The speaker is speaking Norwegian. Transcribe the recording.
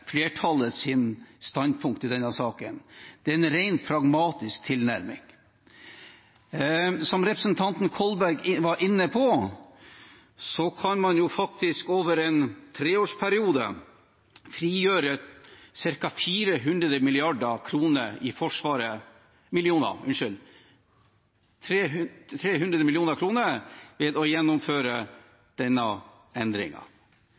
standpunkt i denne saken, det er en rent pragmatisk tilnærming. Som representanten Kolberg var inne på, kan man faktisk over en treårsperiode frigjøre ca. 300 mill. kr ved å gjennomføre denne endringen. I forrige sak diskuterte vi stridsvogner– klarer man å